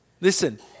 Listen